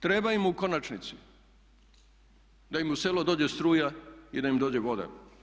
Treba im u konačnici da im u selo dođe struja i da im dođe voda.